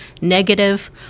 negative